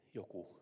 joku